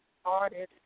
started